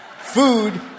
food